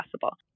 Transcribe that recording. possible